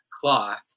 cloth